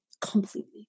completely